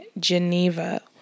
Geneva